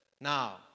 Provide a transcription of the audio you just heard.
Now